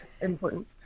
Important